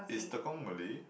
is Tekong Malay